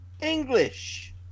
English